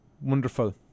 Wonderful